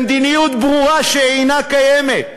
למדיניות ברורה שאינה קיימת,